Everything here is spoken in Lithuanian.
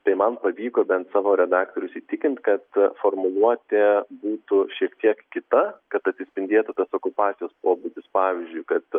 tai man pavyko bent savo redaktorius įtikint kad formuluotė būtų šiek tiek kita kad atsispindėtų tas okupacijos pobūdis pavyzdžiui kad